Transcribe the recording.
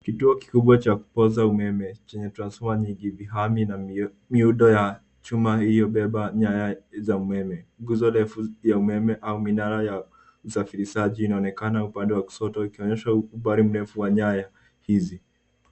Kituo kikubwa cha kupoza umeme chenye transformer nyingi mihami na miundo ya chuma hiyo hubeba nyaya za umeme nguzo refu ya umeme au minara ya usafirishaji inaonekana upande wa kushoto ikionyesha umbali mrefu wa nyaya hizi.